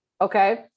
okay